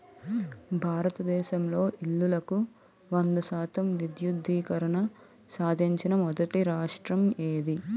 భారతదేశంలో ఇల్లులకు వంద శాతం విద్యుద్దీకరణ సాధించిన మొదటి రాష్ట్రం ఏది?